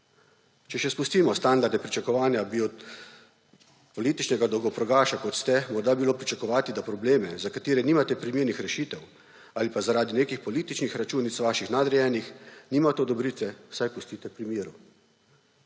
Če še spustimo standarde pričakovanja, bi od političnega dolgoprogaša, kot ste, morda bilo pričakovati, da probleme, za katere nimate primernih rešitev, ali pa zaradi nekih političnih računic vaših nadrejenih nimate odobritve, vsaj pustite pri miru.